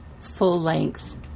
full-length